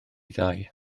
ddau